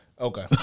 Okay